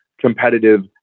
competitive